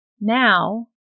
now